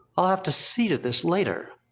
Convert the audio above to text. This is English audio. i'll have to see to this later.